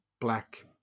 black